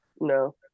No